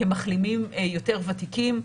כמחלימים יותר ותיקים.